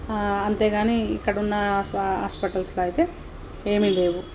అంతే కానీ ఇక్కడ ఉన్న హా హాస్పిటల్స్లో అయితే ఏమీ లేవు